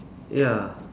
ya